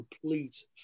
complete